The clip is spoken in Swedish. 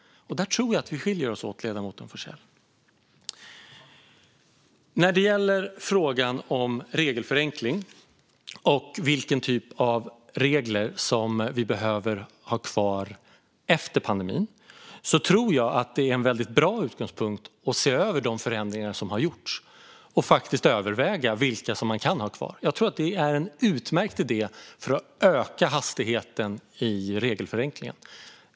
Där skiljer vi oss åt, ledamoten Forssell. När det gäller frågan om regelförenkling och vilken typ av regler som vi behöver ha kvar efter pandemin tror jag att det är en bra utgångspunkt att se över de förändringar som har gjorts och överväga vilka som kan vara kvar. Det är en utmärkt idé för att öka hastigheten i regelförenklingen.